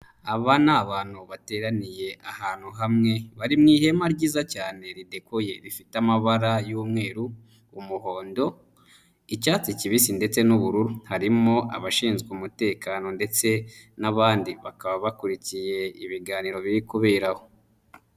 Aba ni abantu bateraniye ahantu hamwe bari mu ihema ryiza cyane ridekoye rifite amabara y'umweru, umuhondo, icyatsi kibisi ndetse n'ubururu, harimo abashinzwe umutekano ndetse n'abandi bakaba bakurikiye ibiganiro biri kubera aho.